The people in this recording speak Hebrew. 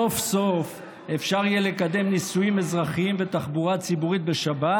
סוף-סוף אפשר יהיה לקדם נישואים אזרחיים ותחבורה ציבורית בשבת,